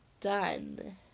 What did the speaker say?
done